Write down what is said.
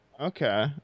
okay